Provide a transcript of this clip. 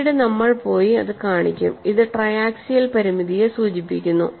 പിന്നീട് നമ്മൾ പോയി അത് കാണിക്കും ഇത് ട്രൈ ആക്സിയൽ പരിമിതിയെ സൂചിപ്പിക്കുന്നു